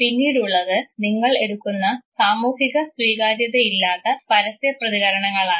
പിന്നീടുള്ളത് നിങ്ങൾ എടുക്കുന്ന സാമൂഹിക സ്വീകാര്യത ഇല്ലാത്ത പരസ്യ പ്രതികരണങ്ങളാണ്